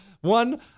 One